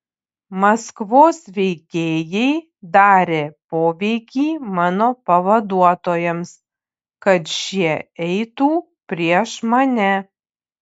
maskvos veikėjai darė poveikį mano pavaduotojams kad šie eitų prieš mane